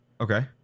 Okay